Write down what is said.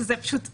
שזה פשוט הזוי.